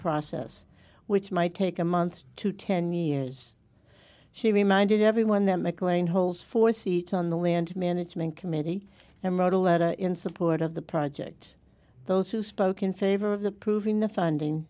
process which might take a month to ten years she reminded everyone that mclean holds four seats on the land management committee and wrote a letter in support of the project those who spoke in favor of the proving the funding